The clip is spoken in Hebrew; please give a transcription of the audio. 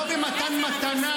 לא במתן מתנה